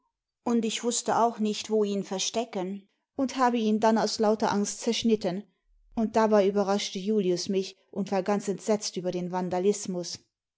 und ich wußte auch nicht wo ihn verstecken und habe ihn dann aus lauter angst zerschnitten und dabei überraschte julius mich und war ganz entsetzt über den